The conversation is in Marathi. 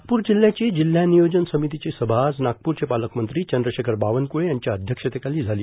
नागपूर जिल्ह्याची जिल्हा नियोजन समितीची सभा आज नागपूरचे पालकमंत्री चंद्रशेखर बावनक्ळे यांच्या अध्यक्षतेखाली संपन्न झाली